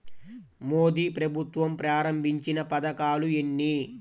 మోదీ ప్రభుత్వం ప్రారంభించిన పథకాలు ఎన్ని?